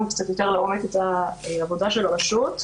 קצת יותר לעומק את העבודה של הרשות.